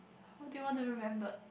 how do you want to remembered